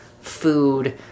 food